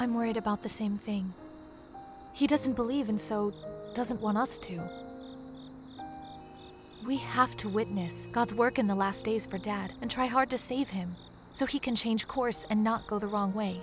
i'm worried about the same thing he doesn't believe in so doesn't want us to we have to witness god's work in the last days for dad and try hard to save him so he can change course and not go the wrong way